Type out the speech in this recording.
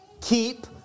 keep